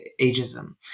ageism